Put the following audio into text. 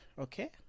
Okay